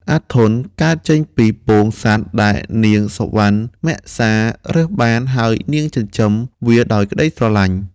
អាធន់ កើតចេញពីពងសត្វដែលនាងសុវណ្ណមសារើសបាន ហើយនាងចិញ្ចឹមវាដោយក្ដីស្រឡាញ់។